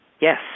Yes